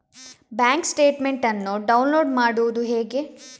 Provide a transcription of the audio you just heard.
Bank statement ಅನ್ನು download ಮಾಡುವುದು ಹೇಗೆ?